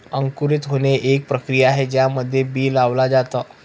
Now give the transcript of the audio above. अंकुरित होणे, एक प्रक्रिया आहे ज्यामध्ये बी लावल जाता